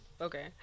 okay